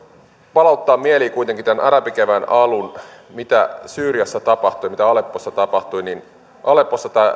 palauttaa mieliin kuitenkin tämän arabikevään alun mitä syyriassa tapahtui ja mitä aleppossa tapahtui aleppossa tämä